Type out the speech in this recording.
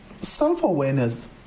self-awareness